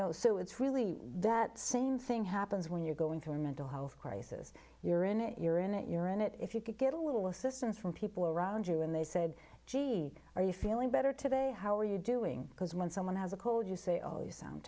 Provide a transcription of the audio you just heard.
know so it's really that same thing happens when you're going through a mental health crisis you're in it you're in it you're in it if you could get a little assistance from people around you and they said gee are you feeling better today how are you doing because when someone has a cold you say oh you sound